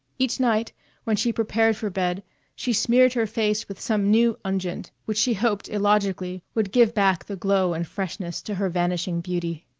each night when she prepared for bed she smeared her face with some new unguent which she hoped illogically would give back the glow and freshness to her vanishing beauty.